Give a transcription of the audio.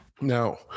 Now